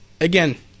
Again